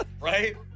Right